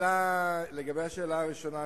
לשאלה הראשונה,